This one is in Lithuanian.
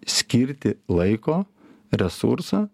skirti laiko resursą